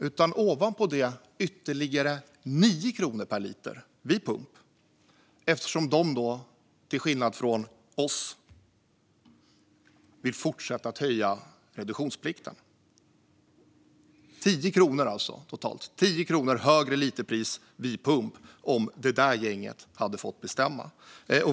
Ovanpå detta handlar det om ytterligare 9 kronor per liter vid pump, eftersom de, till skillnad från oss, vill fortsätta att höja reduktionsplikten. Det skulle alltså bli totalt 10 kronor högre literpris vid pump om det där gänget hade fått bestämma.